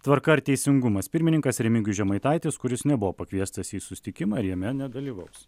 tvarka ir teisingumas pirmininkas remigijus žemaitaitis kuris nebuvo pakviestas į susitikimą ir jame nedalyvaus